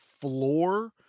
floor